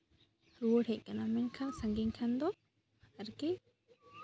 ᱨᱩᱣᱟᱹᱲ ᱦᱮᱡ ᱜᱟᱱᱚᱜᱼᱟ ᱢᱮᱱᱠᱷᱟᱱ ᱥᱟᱺᱜᱤᱧ ᱠᱷᱟᱱ ᱫᱚ ᱟᱨᱠᱤ